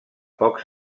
pocs